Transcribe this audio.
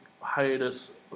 hiatus